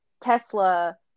Tesla